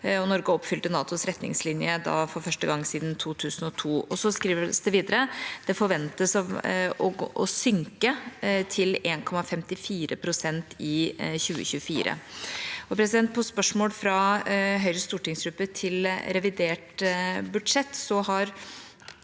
Norge oppfylte NATOs retningslinje for første gang siden 2002. Så står det videre at andelen forventes å synke til 1,54 pst. i 2024. Blant spørsmålene fra Høyres stortingsgruppe til revidert budsjett var